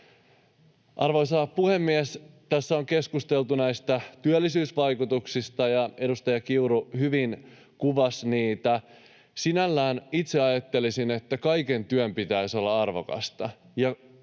Arvoisa puhemies! Tässä on keskusteltu näistä työllisyysvaikutuksista, ja edustaja Kiuru hyvin kuvasi niitä. Sinällään itse ajattelisin, että kaiken työn pitäisi olla arvokasta